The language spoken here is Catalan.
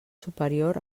superior